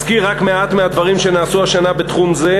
אזכיר רק מעט מהדברים שנעשו השנה בתחום זה,